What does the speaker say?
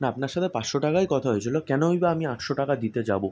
না আপনার সাথে পাঁচশো টাকাই কথা হয়েছিল কেনই বা আমি আটশো টাকা দিতে যাব